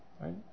right